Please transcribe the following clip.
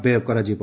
ବ୍ୟୟ କରାଯିବ